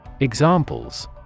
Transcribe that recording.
Examples